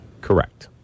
Correct